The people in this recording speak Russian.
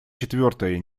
четвертое